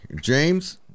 James